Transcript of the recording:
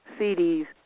CDs